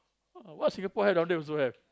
what Singapore have down there also have